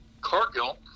Cargill